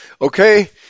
Okay